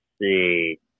see